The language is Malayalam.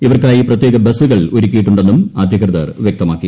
ഇവർക്കായി പ്രത്യേക ബസ്സുകൾ ഒരുക്കിയിട്ടുണ്ടെന്നും അധികൃതർ വ്യക്തമാക്കി